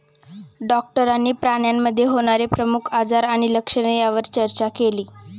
डॉक्टरांनी प्राण्यांमध्ये होणारे प्रमुख आजार आणि लक्षणे यावर चर्चा केली